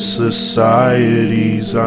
societies